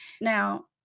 Now